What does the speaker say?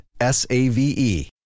S-A-V-E